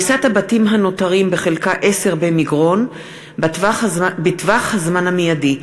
הריסת הבתים הנותרים בחלקה 10 במגרון בטווח הזמן המיידי,